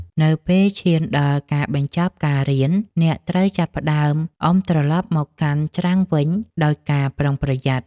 នៅពេលឈានដល់ការបញ្ចប់ការរៀន អ្នកត្រូវចាប់ផ្ដើមអុំត្រឡប់មកកាន់ច្រាំងវិញដោយការប្រុងប្រយ័ត្ន។